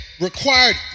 required